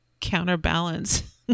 counterbalance